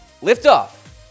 Liftoff